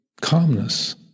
calmness